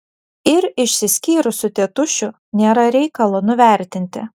ir išsiskyrusių tėtušių nėra reikalo nuvertinti